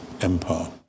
empire